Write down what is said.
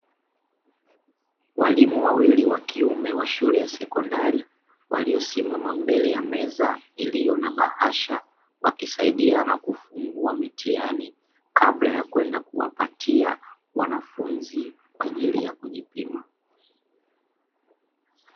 Walimu wawili wa kiume wa shule ya sekondari waliosimama mbele ya meza iliyo na bahasha wakisaidiana kufungua mitihani kabla ya kwenda kuwapatia wanafunzi kwa ajili ya kujipima.